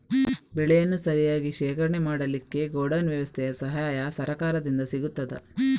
ಬೆಳೆಯನ್ನು ಸರಿಯಾಗಿ ಶೇಖರಣೆ ಮಾಡಲಿಕ್ಕೆ ಗೋಡೌನ್ ವ್ಯವಸ್ಥೆಯ ಸಹಾಯ ಸರಕಾರದಿಂದ ಸಿಗುತ್ತದಾ?